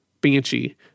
banshee